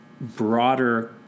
broader